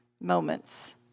moments